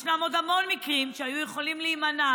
יש עוד המון מקרים שהיו יכולים להימנע